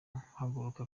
agahaguruka